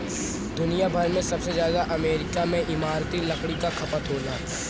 दुनिया भर में सबसे जादा अमेरिका में इमारती लकड़ी क खपत होला